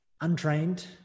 Untrained